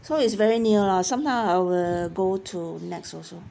so it's very near lah sometime I will go to NEX also